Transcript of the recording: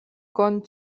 con